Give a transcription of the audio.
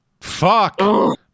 Fuck